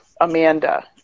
Amanda